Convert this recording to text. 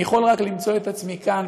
אני יכול רק למצוא את עצמי כאן,